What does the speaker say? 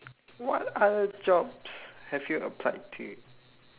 what other jobs have you applied to